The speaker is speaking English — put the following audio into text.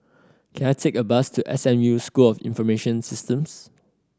can I take a bus to S M U School of Information Systems